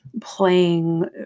playing